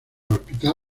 hospital